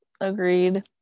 Agreed